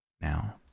Now